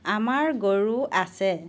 আমাৰ গৰু আছে